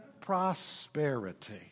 prosperity